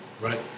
right